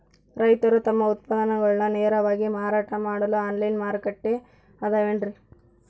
ರೈತರು ತಮ್ಮ ಉತ್ಪನ್ನಗಳನ್ನ ನೇರವಾಗಿ ಮಾರಾಟ ಮಾಡಲು ಆನ್ಲೈನ್ ಮಾರುಕಟ್ಟೆ ಅದವೇನ್ರಿ?